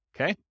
Okay